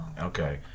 okay